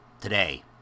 Today